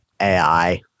AI